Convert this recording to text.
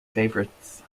favorites